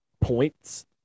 points